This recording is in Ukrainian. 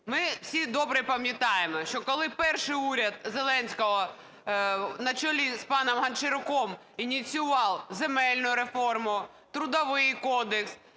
Ми всі добре пам’ятаємо, що коли перший уряд Зеленського на чолі з паном Гончаруком ініціював земельну реформу, Трудовий кодекс,